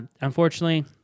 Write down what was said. Unfortunately